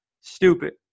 stupid